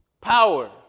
power